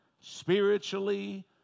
spiritually